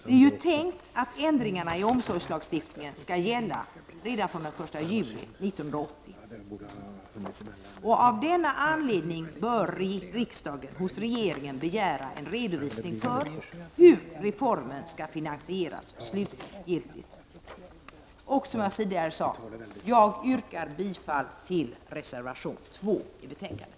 Det är tänkt att ändringarna i omsorgslagstiftningen skall gälla redan från den 1 juli 1990, och av den anledningen bör riksdagen hos regeringen begära en redovisning för hur reformen slutgiltigt skall finansieras. Som jag tidigare sade yrkar jag bifall till reservation nr2 till betänkandet.